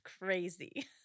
crazy